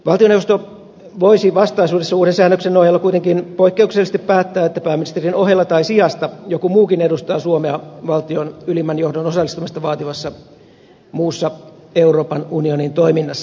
valtioneuvosto voisi vastaisuudessa uuden säännöksen nojalla kuitenkin poikkeuksellisesti päättää että pääministerin ohella tai sijasta joku muukin edustaa suomea valtion ylimmän johdon osallistumista vaativassa muussa euroopan unionin toiminnassa